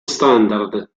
standard